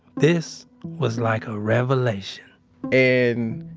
this was like a revelation and,